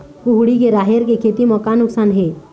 कुहड़ी के राहेर के खेती म का नुकसान हे?